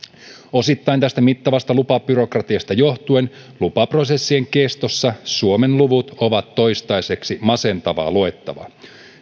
osittain tästä mittavasta lupabyrokratiasta johtuen lupaprosessien kestossa suomen luvut ovat toistaiseksi masentavaa luettavaa